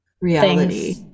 reality